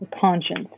conscience